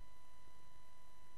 רבים לצירופו של מג'די חלבי לרשימה.